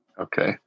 Okay